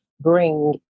bring